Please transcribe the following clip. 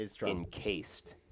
encased